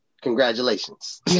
Congratulations